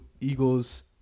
Eagles